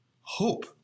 hope